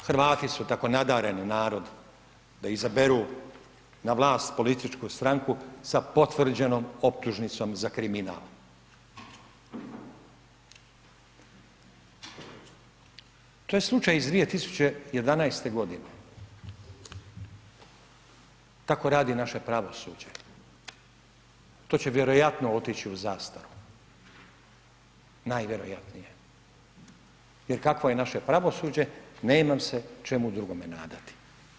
Hrvati su tako nadareni narod da izaberu na vlast političku stranku sa potvrđenom optužnicom za kriminal, to je slučaj iz 2011.g., tako radi naše pravosuđe, to će vjerojatno otići u zastaru, najvjerojatnije jer kakvo je naše pravosuđe, nemam se čemu drugome nadati.